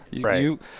Right